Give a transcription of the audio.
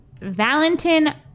Valentin